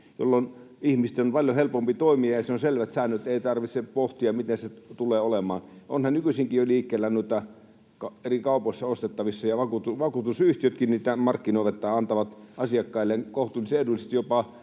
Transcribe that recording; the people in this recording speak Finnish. jolloin ihmisten on paljon helpompi toimia ja on selvät säännöt: ei tarvitse pohtia, miten se tulee olemaan. Onhan nykyisinkin liikkeellä jo noita, eri kaupoista ostettavissa, ja vakuutusyhtiötkin niitä markkinoivat tai antavat asiakkailleen kohtuullisen edullisesti, jopa